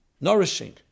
nourishing